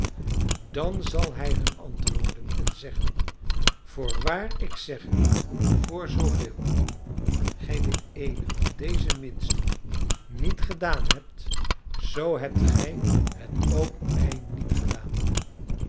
dan zal hij hun antwoorden en zeggen voorwaar ik zeg u voor zooveel gij dit eene van deze minsten niet gedaan hebt zoo hebt gij het ook mij niet gedaan